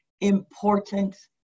important